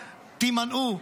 תימנעו,